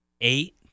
eight